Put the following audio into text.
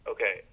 Okay